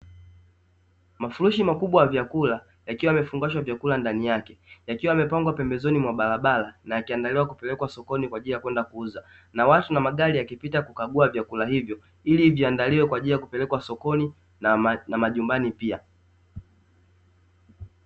Mafurushi makubwa ya vyakula yakiwa yamefungashwa vyakula ndani yake. Yakiwa yamepangwa pembezoni mwa barabara na yakiandaliwa kupelekwa sokoni kwa ajili ya kwenda kuuza. Na watu na magari yakipita kukagua vyakula hivyo ili viandaliwe kwa ajili ya kupelekwa sokoni na majumbani pia.